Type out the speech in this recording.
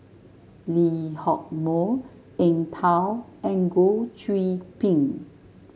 Lee Hock Moh Eng Tow and Goh Qiu Bin